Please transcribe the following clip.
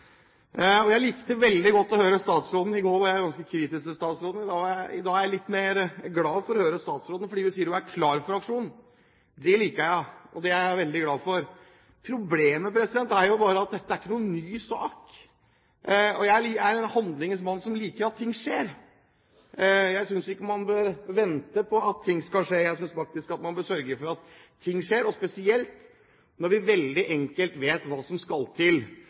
Jeg likte veldig godt å høre statsråden. I går var jeg ganske kritisk til statsråden. I dag er jeg litt mer glad for å høre statsråden, fordi hun sier hun er klar for aksjon. Det liker jeg, og det er jeg veldig glad for. Problemet er bare at dette ikke er noen ny sak. Jeg er en handlingens mann som liker at ting skjer, jeg synes ikke man bør vente på at ting skal skje. Jeg synes faktisk man skal sørge for at ting skjer, spesielt når vi vet hva som veldig enkelt skal til.